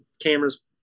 cameras